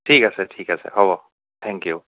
ঠিক আছে ঠিক আছে হ'ব থেংক ইউ